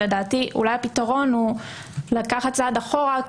לדעתי אולי הפתרון הוא לקחת צעד אחד אחורה.